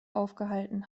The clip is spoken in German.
aufgehalten